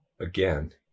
again